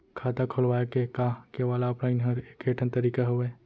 खाता खोलवाय के का केवल ऑफलाइन हर ऐकेठन तरीका हवय?